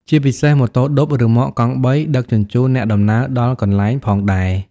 ជាពិសេសម៉ូតូឌុប រ៉ឺម៉កកងបីដឹកជញ្ជូនអ្នកដំណើរដល់កន្លែងផងដែរ ។